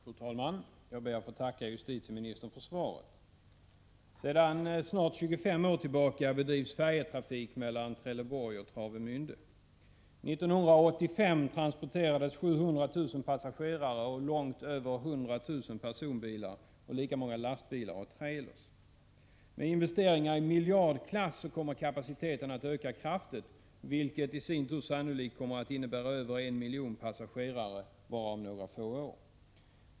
Fru talman! Jag ber att få tacka justitieministern för svaret. Sedan snart 25 år tillbaka bedrivs färjetrafik mellan Trelleborg och Travemände. 1985 transporterades på denna sträcka 700 000 passagerare samt långt över 100 000 personbilar och lika många lastbilar och trailrar. Med investeringar i miljardklass kommer kapaciteten att öka kraftigt, vilket i sin tur sannolikt innebär att över en miljon passagerare årligen trafikerar linjen bara om några få år.